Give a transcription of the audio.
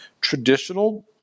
traditional